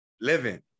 living